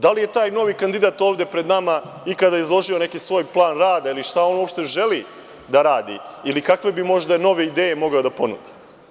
Da li je taj novi kandidat ovde pred nama ikada izložio neki svoj plan rada ili šta on uopšte želi da radi ili kakve bi možda nove ideje mogao da ponudi?